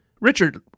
richard